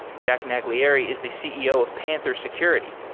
jack naglieri is the ceo of panther security.